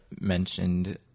mentioned